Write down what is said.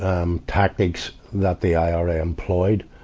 um, tactics that the ira employed,